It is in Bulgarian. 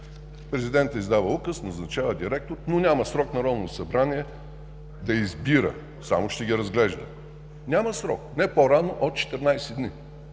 президента издава указ, назначава директор, но няма срок Народното събрание да избира, само ще ги разглежда. Няма срок. Не по-рано от